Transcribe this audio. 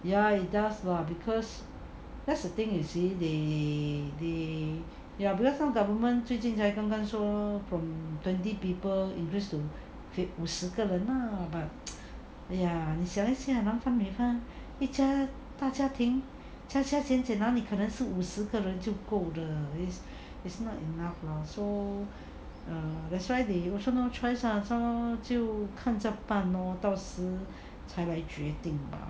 ya it does lah because that's the thing you see they they ya because some government 最近才刚刚说 from twenty people increase to 五十个人 lah but !aiya! 你想一下男方女方一家加加减减哪里可能是五十个人就够的 is not enough lah so that's why they also no choice lah so 就看着办到时才来决定